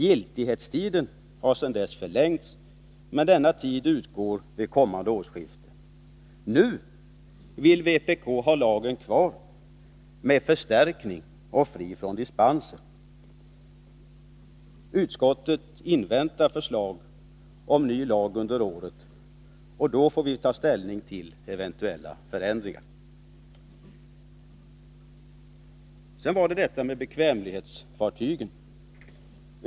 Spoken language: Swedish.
Giltighetstiden har sedan dess förlängts men utgår vid det kommande årsskiftet. Nu vill vpk ha kvar lagen, med förstärkning, och man vill ha den fri från dispensmöjligheter. Utskottet inväntar förslag till ny lag under året. Då får vi ta ställning till eventuella förändringar. Sedan gäller det bekvämlighetsfartygen.